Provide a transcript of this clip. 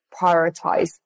prioritize